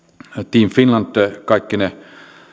team finland kaikkine